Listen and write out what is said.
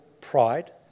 pride